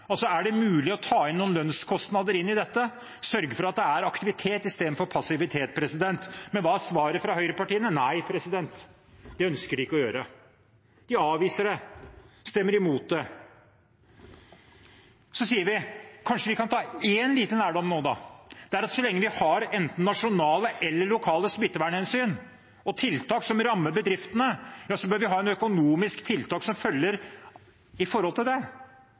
det er mulig å ta noen lønnskostnader inn i dette, sørge for at det er aktivitet istedenfor passivitet. Men hva er svaret fra høyrepartiene? Nei, det ønsker de ikke å gjøre. De avviser det, stemmer imot det. Så sier vi: Kanskje vi kan ta én liten lærdom nå, at så lenge vi har enten nasjonale eller lokale smittevernhensyn og tiltak som rammer bedriftene, bør vi ha økonomiske tiltak opp mot det. Men hva sier høyrepartiene? Nei, de vil ikke gjøre det.